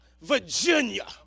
Virginia